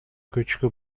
көчкү